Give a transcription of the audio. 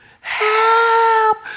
Help